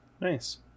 Nice